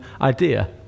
idea